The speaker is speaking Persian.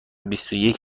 بیست